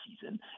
season